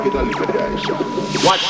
Watch